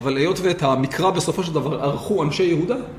אבל היות ואת המקרא בסופו של דבר ערכו אנשי יהודה?